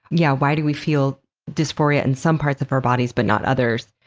yeah why do we feel dysphoria in some parts of our bodies, but not otherers?